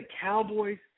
Cowboys